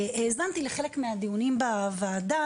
האזנתי לחלק מהדיונים בוועדה,